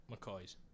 McCoy's